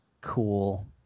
cool